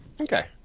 Okay